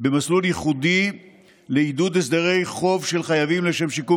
במסלול ייחודי לעידוד הסדרי חוב של חייבים לשם שיקום